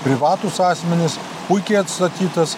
privatūs asmenys puikiai atstatytas